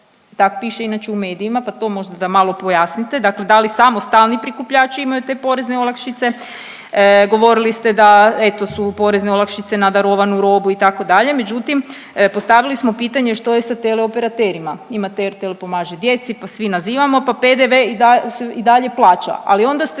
tako piše inače u medijima, pa to možda da malo pojasnite. Dakle da li samo stalni prikupljači imaju te porezne olakšice? Govorili ste da eto su porezne olakšice na darovanu robu itd. međutim postavili smo pitanje što je sa teleoperaterima? Imate RTL pomaže djeci pa svi nazivamo, pa PDV se i dalje plaća. Ali onda ste